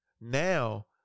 Now